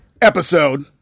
episode